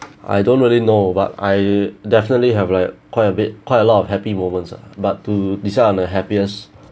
I don't really know but I definitely have like quite a bit quite a lot of happy moments ah but to decide on a happiest